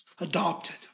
Adopted